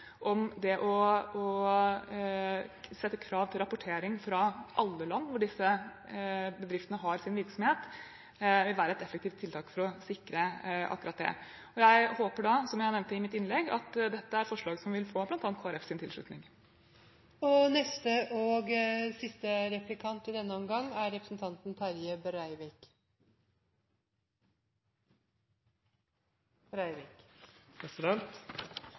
om det å sette krav til rapportering fra alle land hvor disse bedriftene har sin virksomhet, vil være et effektivt tiltak for å sikre akkurat det. Jeg håper da, som jeg nevnte i mitt innlegg, at dette er forslag som vil få bl.a. Kristelig Folkepartis tilslutning. Av fleire lett umotiverte skatte- og avgiftsforslag som har kome frå den førre regjeringa dei siste åtte åra, er